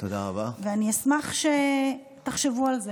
ואני אשמח שתחשבו על זה.